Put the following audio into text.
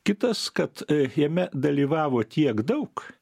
kitas kad jame dalyvavo tiek daug